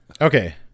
Okay